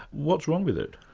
what's wrong with it?